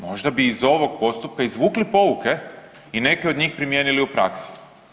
Možda bi iz ovog postupka izvukli pouke i neke od njih primijenili u praksi.